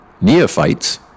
Neophytes